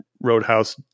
roadhouse